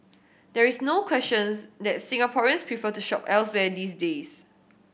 there is no questions that Singaporeans prefer to shop elsewhere these days